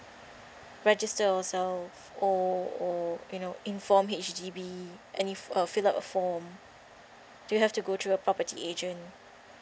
register ourselves or or you know inform H_D_B and if uh fill up a form do we have to go through a property agent